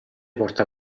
porta